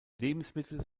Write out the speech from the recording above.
lebensmittel